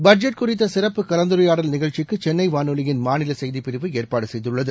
budget குறித்த சிறப்பு கலந்துரையாடல் நிகழ்ச்சிக்கு சென்னை வானொலியின் மாநில செய்திப்பிரிவு ஏற்பாடு செய்துள்ளது